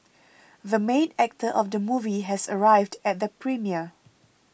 the main actor of the movie has arrived at the premiere